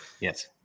Yes